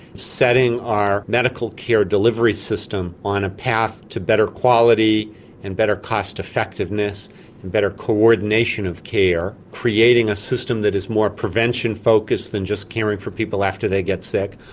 setting our medical care delivery system on a path to better quality and better cost effectiveness and better coordination of care, creating a system that is more prevention focused than just caring for people after they get sick,